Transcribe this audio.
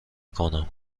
کنم